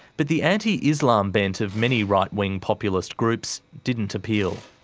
but the anti-islam bent of many right-wing populist groups didn't appeal.